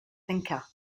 thinker